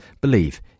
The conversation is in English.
believe